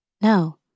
No